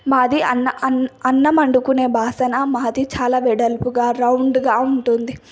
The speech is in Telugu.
మాది అన్న అన్నం వండుకునే బాసన మాది చాలా వెడల్పుగా రౌండుగా ఉంటుంది